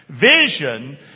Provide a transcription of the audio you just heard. Vision